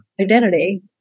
identity